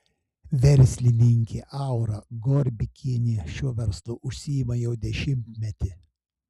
verslininkė aura gorbikienė šiuo verslu užsiima jau dešimtmetį